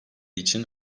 için